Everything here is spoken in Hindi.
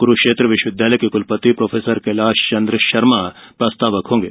कुरुक्षेत्र विश्वविद्यालय के कुलपति प्रो कैलाश चंद्र शर्मा प्रास्ताविक होंगे